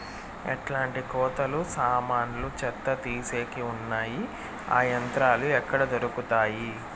ఎట్లాంటి కోతలు సామాన్లు చెత్త తీసేకి వున్నాయి? ఆ యంత్రాలు ఎక్కడ దొరుకుతాయి?